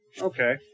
Okay